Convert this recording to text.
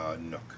Nook